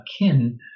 akin